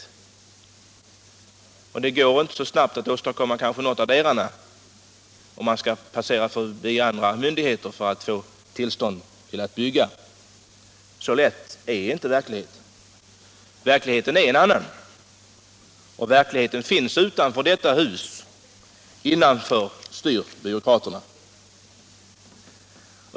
Det går kanske inte att så snabbt åstadkomma någotdera, om man skall vända sig till andra myndigheter för att få tillstånd att bygga. Så enkel är inte verkligheten. Verkligheten är en annan, och den finns utanför detta hus. Innanför styr byråkraterna.